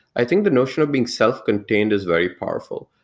i think the notion of being self-contained is very powerful,